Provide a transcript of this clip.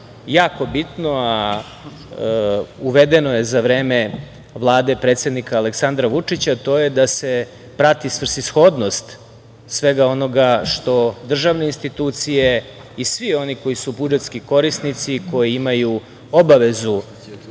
jako bitno a uvedeno je za vreme Vlade predsednika Aleksandra Vučića to je da se prati svrsishodnost svega onoga što državne institucije i svi oni koji su budžetski korisnici koji imaju obavezu